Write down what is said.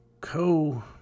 co